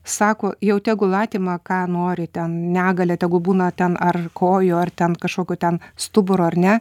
sako jau tegul atima ką nori ten negalia tegul būna ten ar kojų ar ten kažkokio ten stuburo ar ne